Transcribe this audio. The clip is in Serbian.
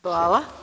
Hvala.